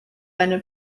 eine